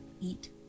eat